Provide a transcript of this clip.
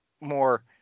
more